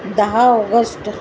दहा ऑगस्ट